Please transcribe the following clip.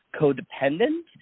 codependent